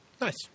Nice